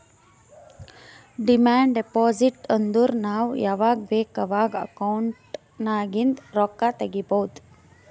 demand deposit ಅಂದುರ್ ನಾವ್ ಯಾವಾಗ್ ಬೇಕ್ ಅವಾಗ್ ಅಕೌಂಟ್ ನಾಗಿಂದ್ ರೊಕ್ಕಾ ತಗೊಬೋದ್